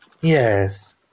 Yes